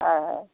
অঁ অঁ